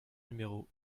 numéro